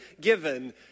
given